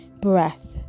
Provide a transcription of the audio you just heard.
breath